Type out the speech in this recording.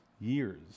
years